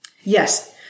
Yes